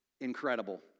incredible